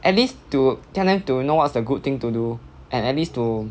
at least to tell them to you know what's the good thing to do and at least to